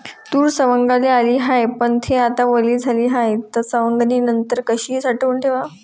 तूर सवंगाले आली हाये, पन थे आता वली झाली हाये, त सवंगनीनंतर कशी साठवून ठेवाव?